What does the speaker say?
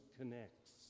connects